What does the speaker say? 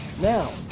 Now